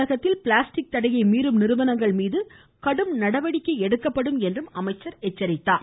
மாநிலத்தில் பிளாஸ்டிக் தடையை மீறும் நிறுவனங்கள் மீது கடும் நடவடிக்கை எடுக்கப்படும் என்றும் அமைச்சர் எச்சரித்தார்